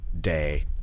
day